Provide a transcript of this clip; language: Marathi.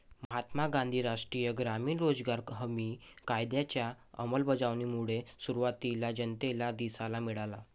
महात्मा गांधी राष्ट्रीय ग्रामीण रोजगार हमी कायद्याच्या अंमलबजावणीमुळे सुरुवातीला जनतेला दिलासा मिळाला